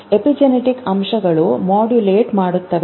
epigenetic ಅಂಶಗಳು modulate ಮಾಡುತ್ತವೆ